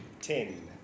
Ten